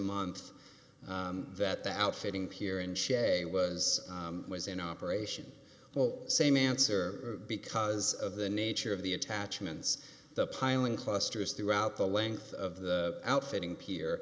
month that the outfitting pier in shea was was in operation well same answer because of the nature of the attachments the piling clusters throughout the length of the outfitting pier